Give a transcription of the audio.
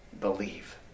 Believe